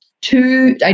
two